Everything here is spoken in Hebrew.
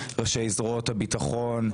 ראשי זרועות הביטחון,